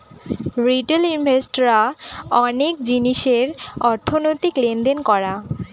retail invest রা অনেক জিনিসের অর্থনৈতিক লেনদেন করা